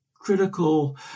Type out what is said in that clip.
critical